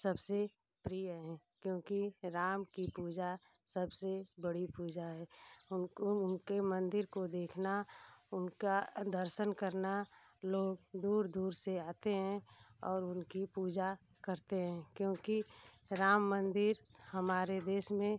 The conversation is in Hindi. सबसे प्रिय हैं क्योंकि राम की पूजा सबसे बड़ी पूजा है उनको उनके मंदिर को देखना उनका दर्शन करना लोग दूर दूर से आते हैं और उनकी पूजा करते हैं क्योंकि राम मंदिर हमारे देश में